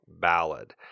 ballad